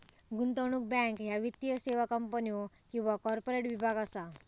गुंतवणूक बँक ह्या वित्तीय सेवा कंपन्यो किंवा कॉर्पोरेट विभाग असा